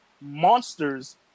monsters